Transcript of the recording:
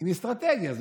עם אסטרטגיה.